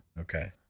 Okay